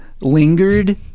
lingered